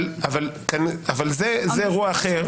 זה אירוע אחר.